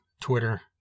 Twitter